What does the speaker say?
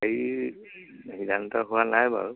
হেৰি সিদ্ধান্ত হোৱা নাই বাৰু